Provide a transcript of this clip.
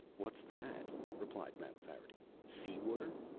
what's that? replied mapfarity. sea-water?